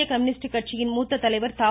இந்திய கம்யூனிஸ்ட் கட்சியின் மூத்த தலைவர் தா